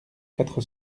quatre